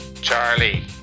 Charlie